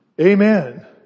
Amen